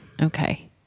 Okay